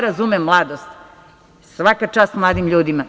Razumem mladost, svaka čast mladim ljudima.